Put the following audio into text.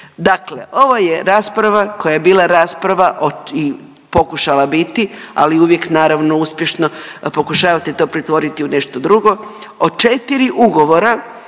Dakle ovo je rasprava koje je bila rasprava o, i pokušala biti ali uvijek naravno, uspješno pokušavati to pretvoriti u nešto drugo. Od 4 ugovora